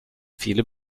viele